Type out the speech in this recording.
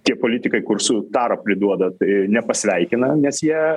tie politikai kur su tarą priduoda tai nepasveikina nes jie